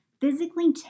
Physically